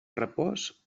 repòs